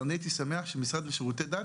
הייתי שמח שהמשרד לשירותי דת,